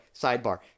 sidebar